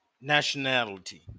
nationality